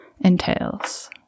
entails